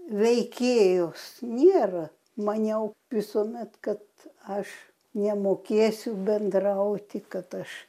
veikėjos nėra maniau visuomet kad aš nemokėsiu bendrauti kad aš